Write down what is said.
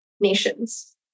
nations